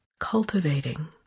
Cultivating